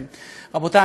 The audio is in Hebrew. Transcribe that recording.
רבותיי,